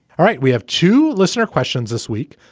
all right. we have two listener questions this week.